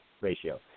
ratio